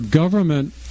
Government